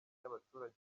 y’abaturage